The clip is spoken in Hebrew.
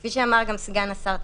כפי שאמר גם סגן השר,